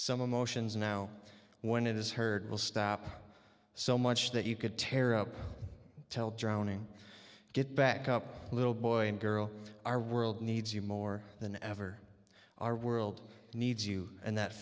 some emotions now when it is heard will stop so much that you could tear up tell drowning get back up little boy and girl our world needs you more than ever our world needs you and that